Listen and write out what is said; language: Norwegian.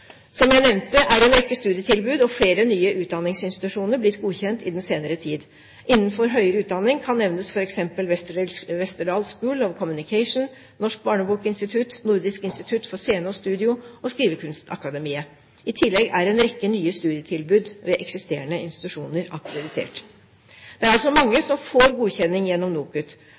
Som jeg nevnte, er en rekke studietilbud og flere nye utdanningsinstitusjoner blitt godkjent i den senere tid. Innenfor høyere utdanning kan nevnes f.eks. Westerdals School of Communication, Norsk barnebokinstitutt, Nordisk Institutt for Scene og Studio og Skrivekunstakademiet. I tillegg er en rekke nye studietilbud ved eksisterende institusjoner akkreditert. Det er altså mange som får godkjenning gjennom NOKUT,